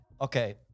okay